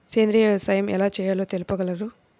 సేంద్రీయ వ్యవసాయం ఎలా చేయాలో తెలుపగలరు?